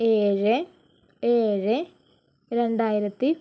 ഏഴ് ഏഴ് രണ്ടായിരത്തി